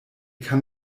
kann